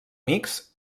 mixt